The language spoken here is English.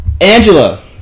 Angela